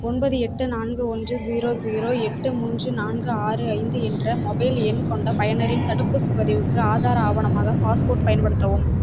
ஒன்பது எட்டு நான்கு ஒன்று ஸீரோ ஸீரோ எட்டு மூன்று நான்கு ஆறு ஐந்து என்ற மொபைல் எண் கொண்ட பயனரின் தடுப்பூசிப் பதிவுக்கு ஆதார் ஆவணமாக பாஸ்போர்ட் பயன்படுத்தவும்